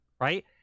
right